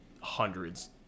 hundreds